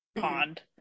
pond